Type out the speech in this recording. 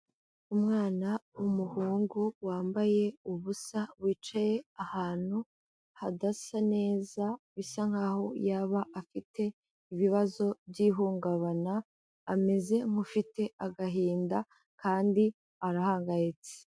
Umwana w'umuhungu wambaye ubusa, wicaye ahantu hadasa neza, bisa nkaho yaba afite ibibazo by'ihungabana, ameze nk'ufite agahinda kandi arahangayitse.